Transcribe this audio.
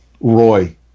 Roy